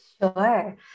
Sure